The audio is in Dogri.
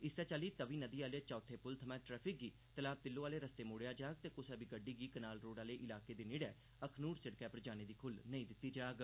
इस्सै चाल्ली तवी नदी आह्ले चौथे पुलै थमां ट्रैफिक गी तलाब तिल्लो आह्ले रस्तेया मोड़ेआ जाग ते कुसा बी गड्डी बी कनाल रोड आह्ले इलाके दे नेड़े अखनूर सिड़कै पर जाने दी खुल्ल नेई दित्ती जाग